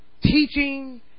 teaching